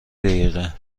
دقیقه